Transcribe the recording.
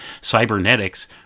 Cybernetics